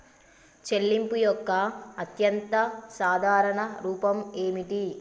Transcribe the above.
చెల్లింపు యొక్క అత్యంత సాధారణ రూపం ఏమిటి?